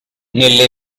nelle